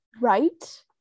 right